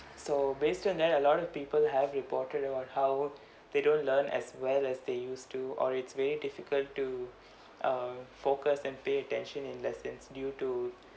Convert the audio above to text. so based on that a lot of people have reported on how they don't learn as well as they used to or it's very difficult to uh focus and pay attention in lessons due to